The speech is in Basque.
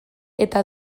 eta